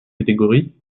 catégories